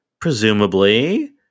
Presumably